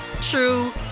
true